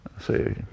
say